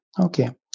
Okay